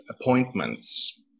appointments